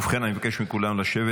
ובכן, אני מבקש מכולם לשבת.